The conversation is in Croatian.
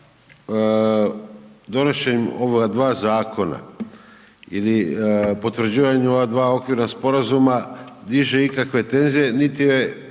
Hvala.